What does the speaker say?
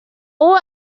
all